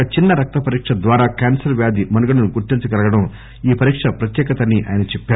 ఒక చిన్న రక్త పరీక ద్వారా క్యాన్సర్ వ్యాధి మనుగడను గుర్తించగలగడం ఈ పరీక ప్రత్యేకతని ఆయన చెప్పారు